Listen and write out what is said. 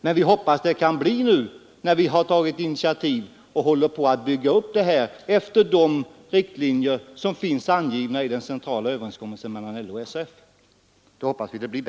Men vi hoppas att det kan bli bättre nu när vi har tagit initiativ och håller på att bygga upp detta efter de riktlinjer som finns angivna i den centrala överenskommelsen mellan LO och SAF.